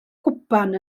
cwpan